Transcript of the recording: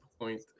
point